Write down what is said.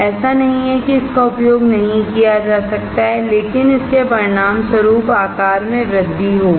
ऐसा नहीं है कि इसका उपयोग नहीं किया जा सकता है लेकिन इसके परिणाम स्वरूप आकार में वृद्धि होगी